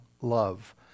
love